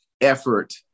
effort